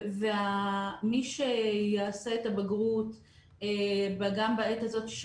ומי שיעשה את הבגרות גם בעת הזאת של